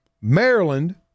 Maryland